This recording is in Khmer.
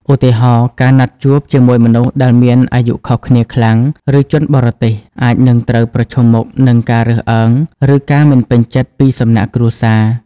ឧទាហរណ៍ ការណាត់ជួបជាមួយមនុស្សដែលមានអាយុខុសគ្នាខ្លាំង ឬជនបរទេស អាចនឹងត្រូវប្រឈមមុខនឹងការរើសអើង ឬការមិនពេញចិត្តពីសំណាក់គ្រួសារ។